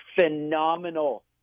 Phenomenal